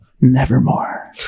Nevermore